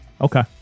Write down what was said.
Okay